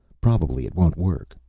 probably it won't work.